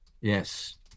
yes